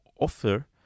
offer